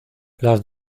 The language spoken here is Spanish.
las